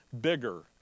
bigger